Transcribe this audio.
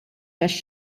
għax